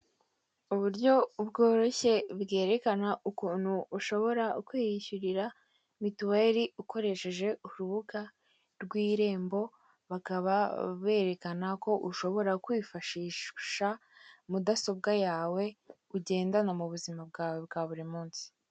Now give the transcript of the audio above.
Uburyo bworoshye bwerekana ukuntu ushobora kwiyishyurira mituweri ukoresheje urubuga rw'irembo bakaba berekana ko ushobora kwifashisha mudasobwa yawe ugendana mu buzima bwawe bwa buri munsi.